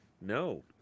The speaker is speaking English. no